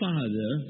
Father